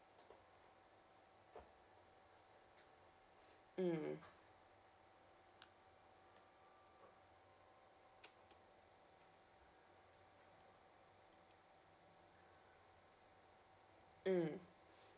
mm mm